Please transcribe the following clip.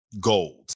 gold